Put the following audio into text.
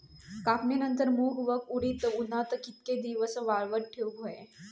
कापणीनंतर मूग व उडीद उन्हात कितके दिवस वाळवत ठेवूक व्हये?